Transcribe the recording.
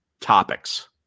topics